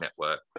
network